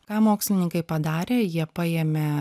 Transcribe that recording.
ką mokslininkai padarė jie paėmė